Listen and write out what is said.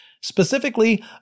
Specifically